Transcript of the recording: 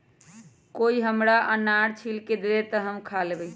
कोई हमरा अनार छील के दे दे, तो हम खा लेबऊ